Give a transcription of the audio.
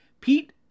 Pete